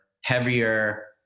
heavier